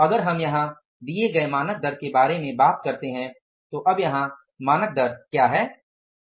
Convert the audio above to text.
अगर हम यहाँ दिए गए मानक दर के बारे में बात करते हैं तो अब यहाँ मानक दर क्या है